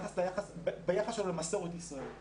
ביחס שלו למסורת ישראל.